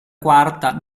quarta